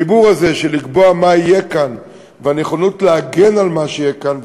החיבור הזה של לקבוע מה יהיה כאן והנכונות להגן על מה שיהיה כאן,